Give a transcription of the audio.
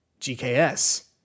GKS